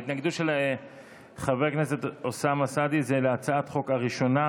ההתנגדות של חבר הכנסת אוסאמה סעדי היא להצעת החוק הראשונה,